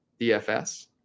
DFS